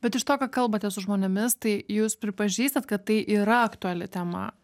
bet iš to ką kalbate su žmonėmis tai jūs pripažįstat kad tai yra aktuali tema